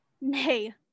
Nay